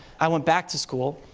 i went back to school,